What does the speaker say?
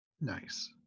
Nice